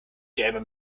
gamer